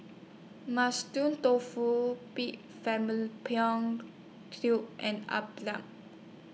Mushroom Tofu Pig Tubes and